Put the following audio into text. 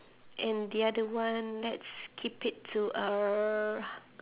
and the other one let's keep it to err